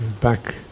back